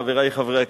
חברי חברי הכנסת,